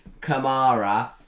Kamara